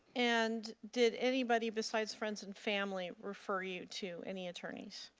and did anybody besides friends and family refer you to any attorneys.